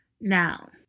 Now